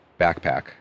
backpack